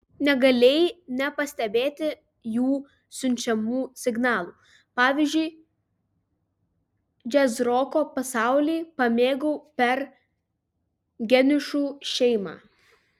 negalėjai nepastebėti jų siunčiamų signalų pavyzdžiui džiazroko pasaulį pamėgau per geniušų šeimą